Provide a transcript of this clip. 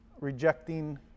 Rejecting